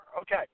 Okay